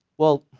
well,